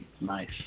Nice